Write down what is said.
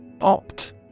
Opt